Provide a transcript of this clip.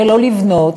ולא לבנות,